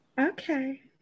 okay